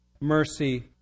mercy